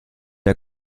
der